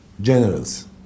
generals